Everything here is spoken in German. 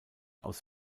aus